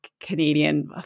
Canadian